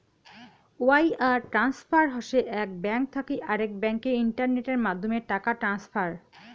wire transfer হসে এক bank থাকি আরেক ব্যাংকে ইন্টারনেটের মাধ্যমে টাকা ট্রান্সফার